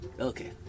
Okay